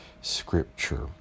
scripture